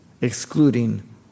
excluding